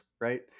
right